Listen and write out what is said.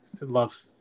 love